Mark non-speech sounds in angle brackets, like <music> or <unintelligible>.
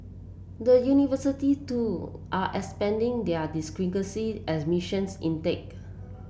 the university too are expanding their <unintelligible> as missions intake